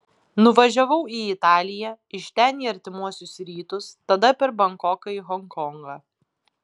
nuvažiavau į italiją iš ten į artimuosius rytus tada per bankoką į honkongą